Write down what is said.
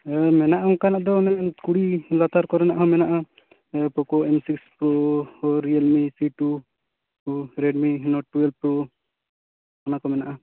ᱢᱮᱱᱟᱜᱼᱟ ᱚᱱᱠᱟᱱᱟᱜ ᱫᱚ ᱠᱩᱲᱤ ᱞᱟᱛᱟᱨ ᱠᱚᱨᱮᱱᱟᱜ ᱦᱚᱸ ᱢᱮᱱᱟᱜᱼᱟ ᱯᱳᱠᱳ ᱮᱱᱥᱤᱥ pro Realme C two Redmi note twelve ᱚᱱᱟ ᱠᱚ ᱢᱮᱱᱟᱜᱼᱟ